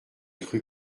cru